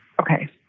Okay